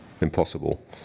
impossible